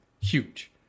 huge